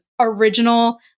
original